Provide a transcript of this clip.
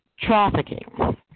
trafficking